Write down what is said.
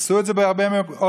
עשו את זה בעוד הרבה מקומות,